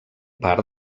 part